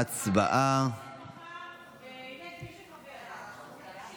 הודעת הממשלה על רצונה